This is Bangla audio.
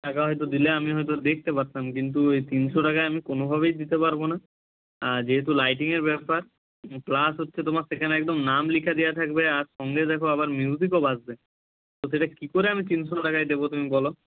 টাকা হয়তো দিলে আমি হয়তো দেখতে পারতাম কিন্তু এই তিনশো টাকায় আমি কোনোভাবেই দিতে পারব না যেহেতু লাইটিংয়ের ব্যাপার প্লাস হচ্ছে তোমার সেখানে একদম নাম লিখে দেওয়া থাকবে আর সঙ্গে দেখো আবার মিউজিকও বাজবে তো সেটা কী করে আমি তিনশো টাকায় দেবো তুমি বলো